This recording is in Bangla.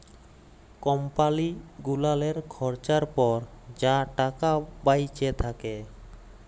কম্পালি গুলালের খরচার পর যা টাকা বাঁইচে থ্যাকে